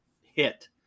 hit